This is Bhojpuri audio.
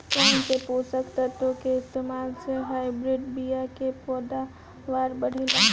कौन से पोषक तत्व के इस्तेमाल से हाइब्रिड बीया के पैदावार बढ़ेला?